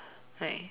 like